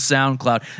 SoundCloud